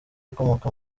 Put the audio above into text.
ukomoka